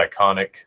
iconic